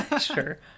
sure